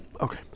Okay